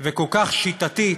וכל כך שיטתית